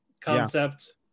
concept